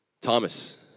Thomas